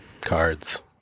cards